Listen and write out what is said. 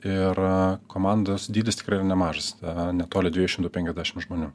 ir komandos dydis tikrai yra nemažas netoli dviejų šimtų penkiasdešim žmonių